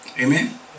Amen